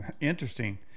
interesting